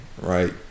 right